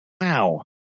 Wow